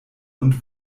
und